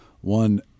One